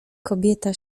kobieta